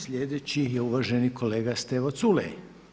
Sljedeći je uvaženi kolega Stevo Culej.